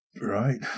Right